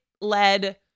led